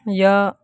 یا